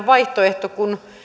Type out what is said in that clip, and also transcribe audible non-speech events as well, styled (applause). (unintelligible) vaihtoehto kun